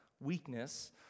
weakness